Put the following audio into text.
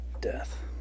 Death